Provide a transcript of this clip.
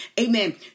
Amen